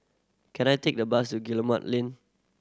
can I take a bus to Guillemard Lane